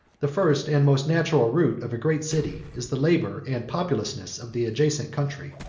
the first and most natural root of a great city is the labor and populousness of the adjacent country,